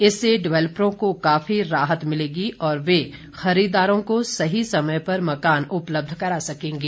इससे डेवलपरों को काफी राहत मिलेगी और वे खरीदारों को सही समय पर मकान उपलब्ध करा सकेंगे